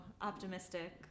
optimistic